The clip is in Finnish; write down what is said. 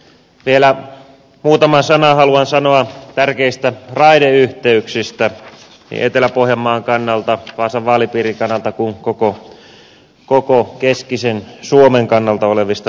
vielä muutaman sanan haluan sanoa tärkeistä raideyhteyksistä niin etelä pohjanmaan kannalta vaasan vaalipiirin kannalta kuin koko keskisen suomen kannalta olevista ratayhteyksistä